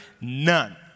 None